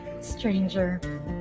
stranger